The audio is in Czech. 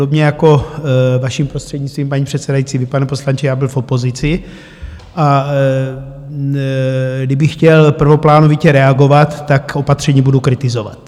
Podobně jako, vaším prostřednictvím, paní předsedající, vy, pane poslanče, já byl v opozici, a kdybych chtěl prvoplánovitě reagovat, tak opatření budu kritizovat.